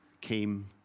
came